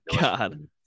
God